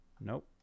nope